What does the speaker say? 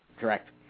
Correct